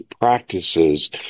practices